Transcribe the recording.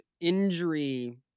injury